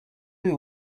you